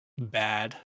bad